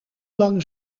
lang